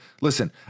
listen